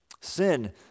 Sin